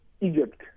Egypt